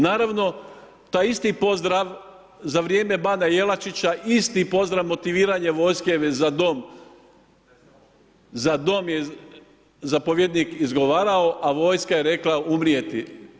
Naravno, taj isti pozdrav za vrijeme bana Jelačića isti pozdrav, motiviranje vojske, „Za dom“ je zapovjednik izgovarao, a vojska je rekla: „Umrijeti“